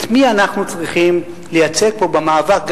את מי אנו צריכים לייצג פה במאבק,